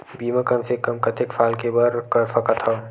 बीमा कम से कम कतेक साल के बर कर सकत हव?